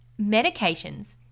medications